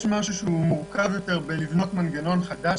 יש משהו שהוא מורכב יותר בבניית מנגנון חדש,